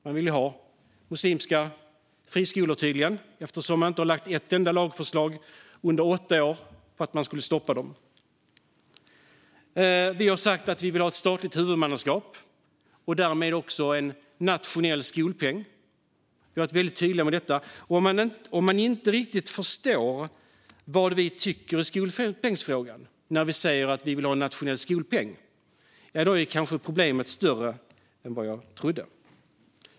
De vill tydligen ha muslimska friskolor eftersom de inte lade fram ett enda lagförslag under åtta år om att stoppa dem. Vi har sagt att vi vill ha ett statligt huvudmannaskap och därmed också en nationell skolpeng. Vi har varit väldigt tydliga med detta. Om man inte riktigt förstår vad vi tycker i skolpengsfrågan när vi säger att vi vill ha en nationell skolpeng är kanske problemet större än vad jag trodde.